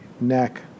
neck